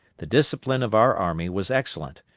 the discipline of our army was excellent,